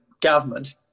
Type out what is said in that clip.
government